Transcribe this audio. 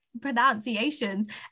pronunciations